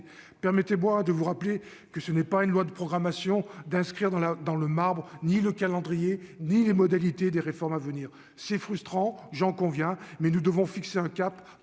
permettez-moi de vous rappeler que ce n'est pas une loi de programmation d'inscrire dans la dans le marbre, ni le calendrier ni les modalités des réformes à venir, c'est frustrant, j'en conviens mais nous devons fixer un cap